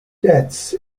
deaths